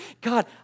God